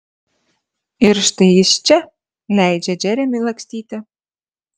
ir štai jis čia leidžia džeremiui lakstyti